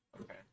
Okay